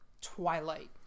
twilight